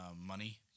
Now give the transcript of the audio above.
money